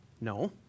No